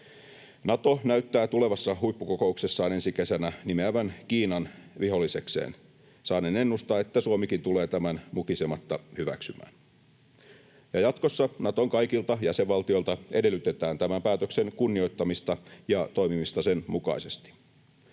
Nato näyttää tulevassa huippukokouksessaan ensi kesänä nimeävän Kiinan vihollisekseen. Saanen ennustaa, että Suomikin tulee tämän mukisematta hyväksymään. Ja jatkossa Naton kaikilta jäsenvaltioilta edellytetään tämän päätöksen kunnioittamista ja toimimista sen mukaisesti.